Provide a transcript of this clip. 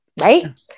right